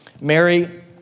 Mary